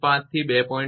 5 થી 2